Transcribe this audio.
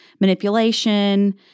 manipulation